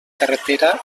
carretera